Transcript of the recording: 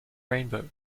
rainbow